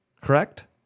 correct